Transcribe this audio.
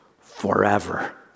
forever